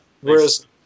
whereas